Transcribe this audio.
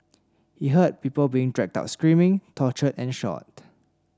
he heard people being dragged out screaming tortured and shot